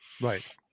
right